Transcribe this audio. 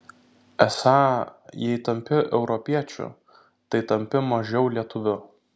esą jei tampi europiečiu tai tampi mažiau lietuviu